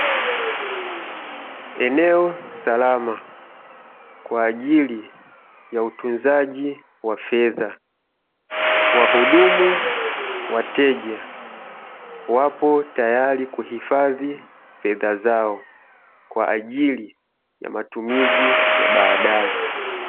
Eneo salama kwa ajili ya utunzaji wa fedha. Wahudumu, wateja wapo tayari kuhifadhi fedha zao, kwa ajili ya matumizi ya baadaye.